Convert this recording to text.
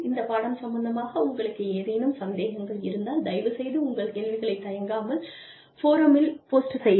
இந்த பாடம் சம்பந்தமாக உங்களுக்கு ஏதேனும் சந்தேகங்கள் இருந்தால் தயவுசெய்து உங்கள் கேள்விகளை தயங்காமல் ஃபோராமில் போஸ்ட் செய்யவும்